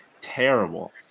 terrible